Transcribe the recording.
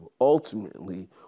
ultimately